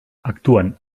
actuen